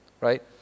Right